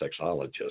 sexologist